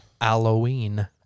Halloween